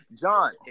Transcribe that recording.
John